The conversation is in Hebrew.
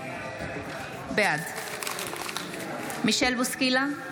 בעד מישל בוסקילה,